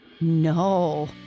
No